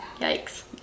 yikes